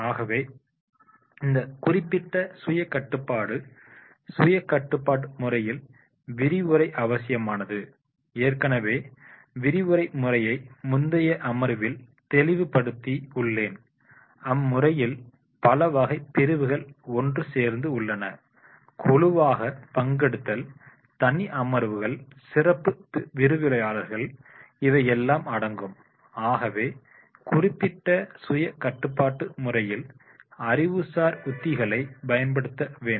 ஆகவே இந்த குறிப்பிட்ட சுயகட்டுப்பாடு சுய கட்டுப்பாட்டு முறையில் விரிவுரை அவசியமானது ஏற்கனவே விரிவுரை முறையை முந்தைய அமர்வில் தெளிவு படுத்தி உள்ளேன் அம்முறையில் பலவகை பிரிவுகள் ஒன்று சேர்ந்து உள்ளன குழுவாக பங்கெடுத்தல் தனி அமர்வுகள் சிறப்பு விரிவுரையாளர்கள் இவையெல்லாம் அடங்கும் ஆகவே குறிப்பிட்ட சுய கட்டுப்பாட்டு முறையில் அறிவுசார் உத்திகளை பயன்படுத்த வேண்டும்